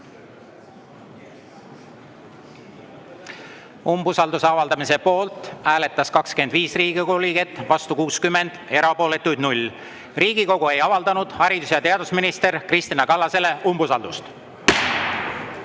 Umbusalduse avaldamise poolt hääletas 25 Riigikogu liiget, vastu 60, erapooletuid 0. Riigikogu ei avaldanud haridus‑ ja teadusminister Kristina Kallasele umbusaldust.